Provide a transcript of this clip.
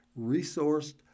resourced